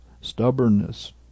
stubbornness